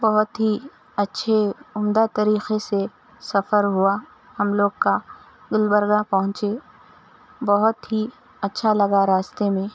بہت ہی اچّھے عمدہ طریقے سے سفر ہوا ہم لوگ کا گلبرگہ پہنچے بہت ہی اچّھا لگا راستے میں